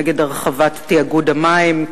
נגד הרחבת תאגוד המים,